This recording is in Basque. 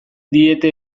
diete